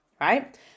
right